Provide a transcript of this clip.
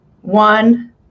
one